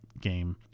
game